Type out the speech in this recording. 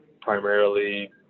primarily